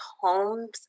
homes